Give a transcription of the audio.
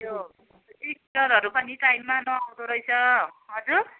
त्यो सिस्टरहरू पनि टाइममा नआउँदो रहेछ हजुर